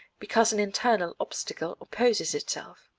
because an internal obstacle opposes itself.